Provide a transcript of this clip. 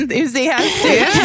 enthusiastic